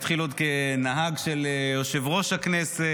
התחיל עוד כנהג של יושב-ראש הכנסת,